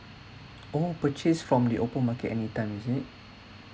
oh purchase from the open market any time is it